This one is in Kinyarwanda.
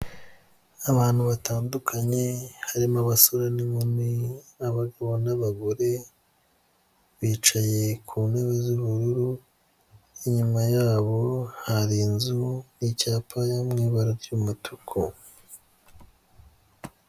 Abantu batandukanye harimo abasore n'inkumi, abagabo n'abagore, bicaye ku ntebe z'ubururu, inyuma yabo hari inzu n'icyapa yo mu ibara ry'umutuku.